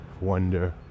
wonder